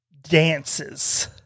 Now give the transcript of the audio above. dances